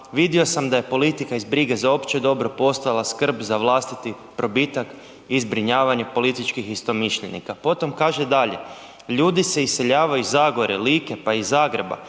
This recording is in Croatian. vidio sam da je politika iz brige za opće dobro postala skrb za vlastiti probitak i zbrinjavanje političkih istomišljenika. Potom kaže dalje, ljudi se iseljavaju iz Zagore, Like, pa i Zagreba.